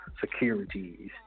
securities